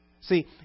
See